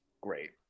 Great